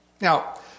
Now